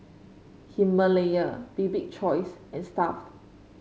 Himalaya Bibik Choice and Stuff'd